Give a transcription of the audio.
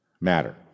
matter